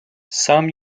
some